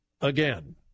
again